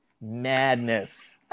Madness